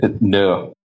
no